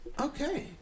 Okay